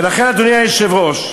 ולכן, אדוני היושב-ראש,